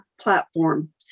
platform